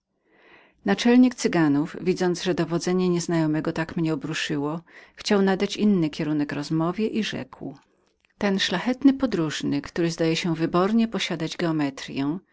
naczelnik cyganów widząc że dowodzenie nieznajomego tak mnie obruszyło chciał nadać inny kierunek rozmowie i rzekł ten szlachetny podróżny który zdaje się wybornie posiadać